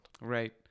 Right